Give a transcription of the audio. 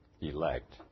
elect